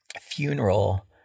funeral